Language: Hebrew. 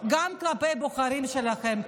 גם כלפי הבוחרים שלכם,